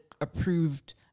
approved